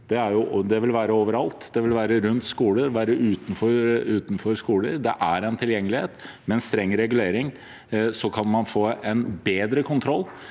Det vil være overalt – rundt skoler, utenfor skoler, det er tilgjengelig. Med en streng regulering kan man få bedre kontroll.